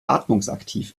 atmungsaktiv